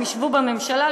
הם ישבו בממשלה?